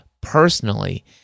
personally